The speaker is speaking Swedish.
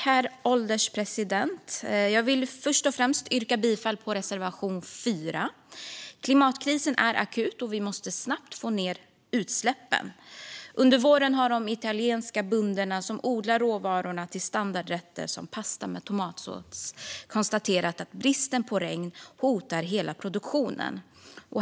Herr ålderspresident! Jag vill först och främst yrka bifall till reservation 4. Klimatkrisen är akut, och vi måste snabbt få ned utsläppen. Under våren har de italienska bönder som odlar råvaror till standardrätter som pasta med tomatsås konstaterat att bristen på regn hotar hela produktionen.